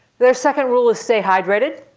their second rule is stay hydrated,